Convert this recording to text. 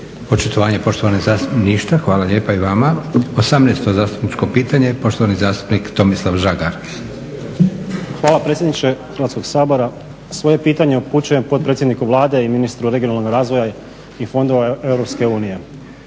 Očitovanje poštovani zastupnik? Ništa. Hvala lijepa i vama. Osamnaesto zastupničko pitanje poštovani zastupnik Tomislav Žagar. **Žagar, Tomislav (SDP)** Hvala predsjedniče Hrvatskog sabora. Svoje pitanje upućujem potpredsjedniku Vlade i ministru regionalnog razvoja i fondova EU.